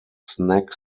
snack